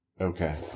Okay